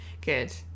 Good